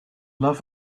love